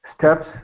steps